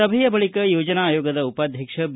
ಸಭೆಯ ಬಳಿಕ ಯೋಜನಾ ಆಯೋಗದ ಉಪಾಧ್ವಕ್ಷ ಬಿ